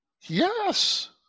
Yes